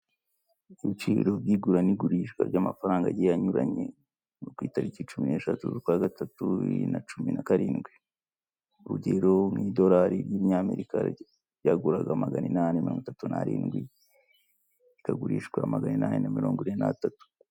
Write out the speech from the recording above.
Ibiciro by'igura n'igurishwa ry'amafaranga agiye anyuranye byo ku itariki cumi n'eshatu z'ukwa gatatu bibiri na cumi na karindwi, urugero nk'idorari ry'irinyamerika ryaguraraga magana inani mirongo itatu narindwi rikagurishwa magana inani n na mirongo ine n'atatu.